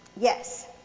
Yes